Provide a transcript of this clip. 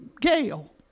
Gail